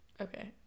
okay